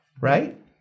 right